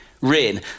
rain